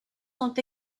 sont